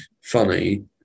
funny